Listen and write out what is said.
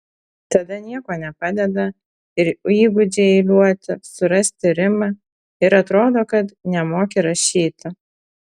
tada nieko nepadeda ir įgūdžiai eiliuoti surasti rimą ir atrodo kad nemoki rašyti